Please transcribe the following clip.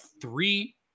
three